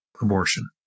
abortion